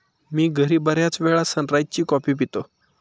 मी घरी बर्याचवेळा सनराइज ची कॉफी पितो